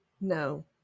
No